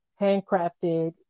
handcrafted